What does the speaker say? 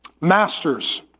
masters